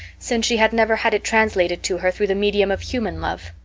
since she had never had it translated to her through the medium of human love.